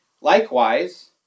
Likewise